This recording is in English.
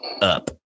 up